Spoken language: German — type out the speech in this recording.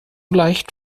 leicht